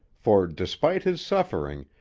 for, despite his suffering,